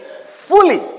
Fully